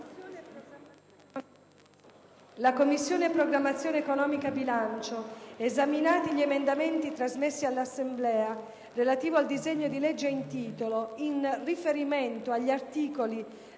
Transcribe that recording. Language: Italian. «La Commissione programmazione economica, bilancio, esaminati gli emendamenti trasmessi dall'Assemblea, relativi al disegno dì legge in titolo, in riferimento all'articolo